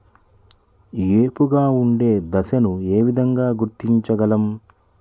ఏపుగా ఉండే దశను ఏ విధంగా గుర్తించగలం?